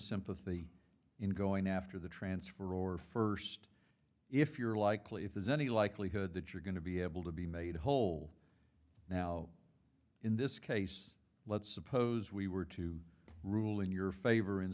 sympathy in going after the transfer or first if you're likely if there's any likelihood that you're going to be able to be made whole now in this case let's suppose we were to rule in your favor in